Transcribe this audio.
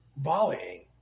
volleying